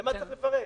בשביל מה צריך לפרט?